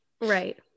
Right